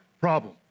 problem